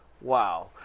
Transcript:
Wow